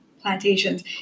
plantations